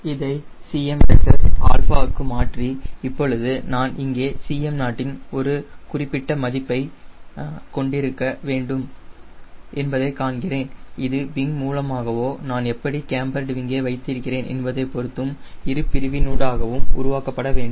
இதை Cm versus α க்கு மாற்றி இப்போது நான் இங்கே Cm0 இன் ஒரு குறிப்பிட்ட மதிப்பைக் கொண்டிருக்க வேண்டும் என்பதைக் காண்கிறேன் இது விங் மூலமாகவோ நான் எப்படி கேம்பர்டு விங்கை வைத்திருக்கிறேன் என்பதை பொருத்தும் இரு பிரிவினூடாகவும் உருவாக்கப்பட வேண்டும்